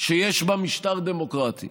שיש בה משטר דמוקרטי.